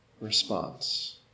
response